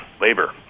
labor